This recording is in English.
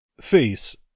Face